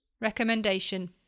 Recommendation